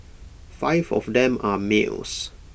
five of them are males